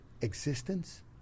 existence